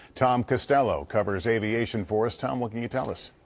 tom costello covers aviation for us. tom, what can you tell us?